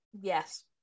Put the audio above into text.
yes